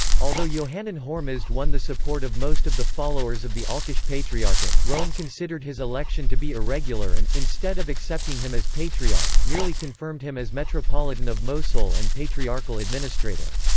although yohannan hormizd won the support of most of the followers of the alqosh patriarchate, rome considered his election to be irregular and, instead of accepting him as patriarch, merely confirmed him as metropolitan of mosul and patriarchal administrator.